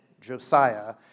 Josiah